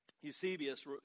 Eusebius